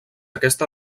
aquesta